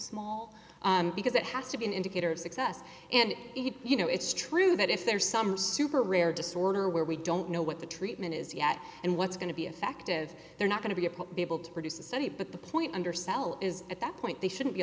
small and because it has to be an indicator of success and you know it's true that if there's some super rare disorder where we don't know what the treatment is yet and what's going to be effective they're not going to be able to produce a study but the point undersell is at that point they shouldn't be